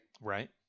Right